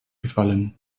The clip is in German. gefallen